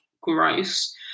gross